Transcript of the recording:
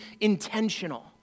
intentional